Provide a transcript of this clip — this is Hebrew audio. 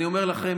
אני אומר לכם,